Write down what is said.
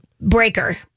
breaker